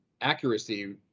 accuracy